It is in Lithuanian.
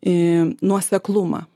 į nuoseklumą